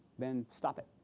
then stop it.